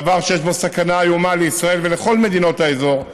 דבר שיש בו סכנה איומה לישראל ולכל מדינות האזור,